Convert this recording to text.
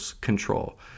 control